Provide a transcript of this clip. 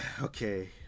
Okay